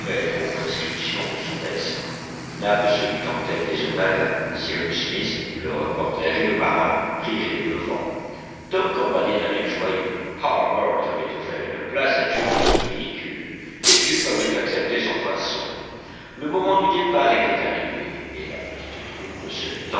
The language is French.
aux prescriptions de son médecin nab se mit en tête des onaggas cyrus smith le reporter et le marin prirent les devants top gambadait d'un air joyeux harbert avait offert une place à jup dans son véhicule et jup avait accepté sans façon le moment du départ était arrivé et la petite troupe se